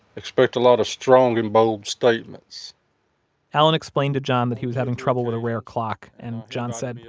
expect a lot of strong and bold statements allen explained to john that he was having trouble with a rare clock and john said, yeah